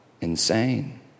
Insane